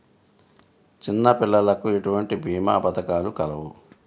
చిన్నపిల్లలకు ఎటువంటి భీమా పథకాలు కలవు?